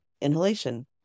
inhalation